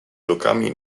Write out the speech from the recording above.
lukami